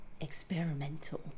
experimental